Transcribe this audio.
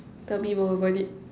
tell me more about it